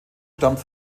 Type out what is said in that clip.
stammt